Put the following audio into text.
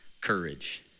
courage